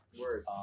word